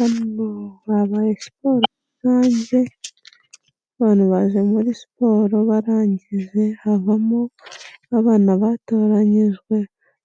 Hano habaye siporo rusange, abantu baje muri siporo barangije havamo abana batoranyijwe